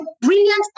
brilliant